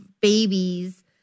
babies